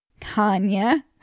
Kanya